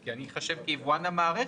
כי אני איחשב כיבואן המערכת,